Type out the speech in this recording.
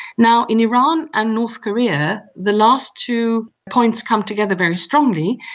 now, in iran and north korea, the last two points come together very strongly.